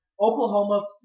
Oklahoma